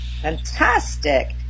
fantastic